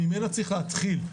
ממנה צריך להתחיל,